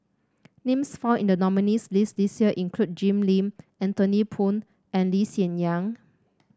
names found in the nominees' list this year include Jim Lim Anthony Poon and Lee Hsien Yang